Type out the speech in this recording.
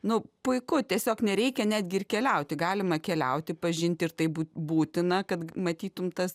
na puiku tiesiog nereikia netgi ir keliauti galima keliauti pažinti ir tai būtina kad matytum tas